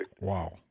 Wow